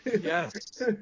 Yes